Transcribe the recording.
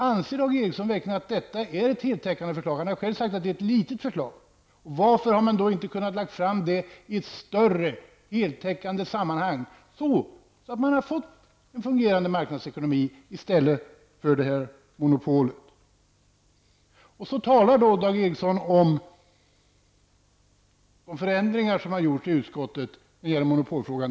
Anser Dag Ericson verkligen att detta är ett heltäckande förslag? Han har själv sagt att det är ett litet förslag. Varför har man då inte kunnat lägga fram det i ett större, heltäckande sammanhang, så att man fått en fungerande marknadsekonomi i stället för det här monopolet? Så talar Dag Ericson om de förändringar som gjorts i utskottet när det gäller monopolfrågan.